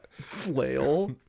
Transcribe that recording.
Flail